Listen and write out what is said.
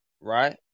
right